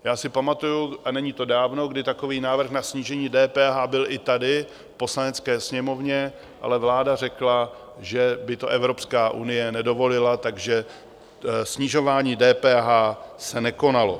Já si pamatuji, a není to dávno, kdy takový návrh na snížení DPH byl i tady v Poslanecké sněmovně, ale vláda řekla, že by to Evropská unie nedovolila, takže se snižování DPH nekonalo.